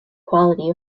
quality